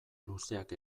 luzeak